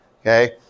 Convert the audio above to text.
Okay